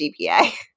GPA